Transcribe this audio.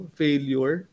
failure